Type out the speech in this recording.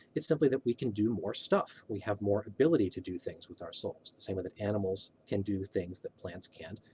it's simply that we can do more stuff, we have more ability to do things with our souls. the same way that animals can do things that plants can't,